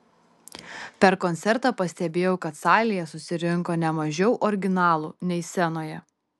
per koncertą pastebėjau kad salėje susirinko ne mažiau originalų nei scenoje